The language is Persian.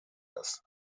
است